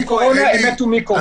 אחד מ-1,000 אמריקאים מת כבר מקורונה.